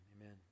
Amen